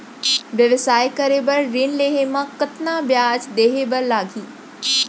व्यवसाय करे बर ऋण लेहे म कतना ब्याज देहे बर लागही?